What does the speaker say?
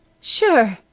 sure,